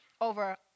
over